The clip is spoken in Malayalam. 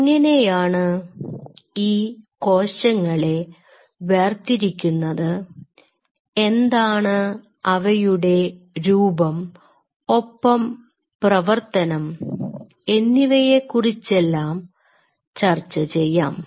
എങ്ങനെയാണ് ഈ കോശങ്ങളെ വേർതിരിക്കുന്നത് എന്താണ് അവയുടെ രൂപം ഒപ്പം പ്രവർത്തനം എന്നിവയെക്കുറിച്ചെല്ലാം ചർച്ച ചെയ്യാം